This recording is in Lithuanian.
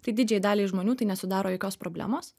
tai didžiajai daliai žmonių tai nesudaro jokios problemos